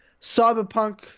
Cyberpunk